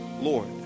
Lord